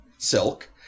Silk